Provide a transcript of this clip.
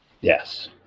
Yes